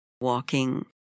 walking